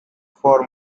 for